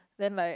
then like